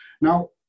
Now